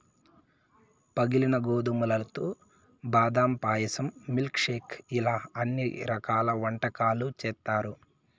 పగిలిన గోధుమలతో బాదం పాయసం, మిల్క్ షేక్ ఇలా అన్ని రకాల వంటకాలు చేత్తారు